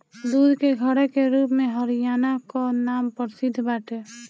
दूध के घड़ा के रूप में हरियाणा कअ नाम प्रसिद्ध बाटे